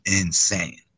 insane